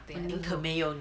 我宁可没有你